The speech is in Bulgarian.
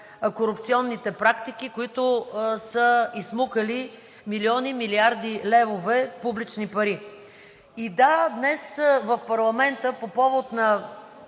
корупционните практики, които са изсмукали милиони, милиарди левове публични пари. И да, днес в парламента по повод на